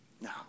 No